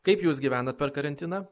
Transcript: kaip jūs gyvenat per karantiną